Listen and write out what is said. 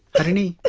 harini. but